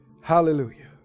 Hallelujah